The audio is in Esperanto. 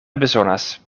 bezonas